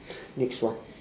next one